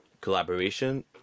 collaboration